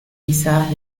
pisadas